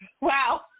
Wow